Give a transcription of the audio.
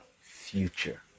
future